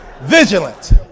Vigilant